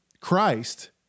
Christ